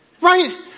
Right